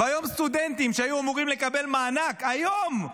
והיום, סטודנטים שהיו אמורים לקבל מענק, היום,